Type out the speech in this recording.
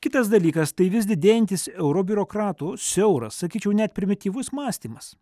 kitas dalykas tai vis didėjantis euro biurokratų siauras sakyčiau net primityvus mąstymas